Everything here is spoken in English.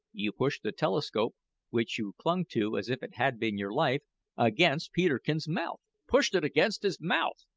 you pushed the telescope which you clung to as if it had been your life against peterkin's mouth pushed it against his mouth!